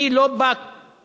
אני לא בא כאן,